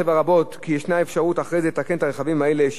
כי ישנה אפשרות אחרי זה לתקן את הרכבים האלה שהגיעו לאובדן להלכה,